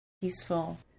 peaceful